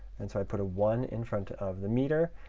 and so i put a one in front of the meter.